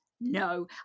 No